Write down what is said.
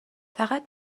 فقط